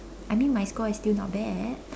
I mean my score is still not bad